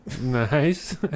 nice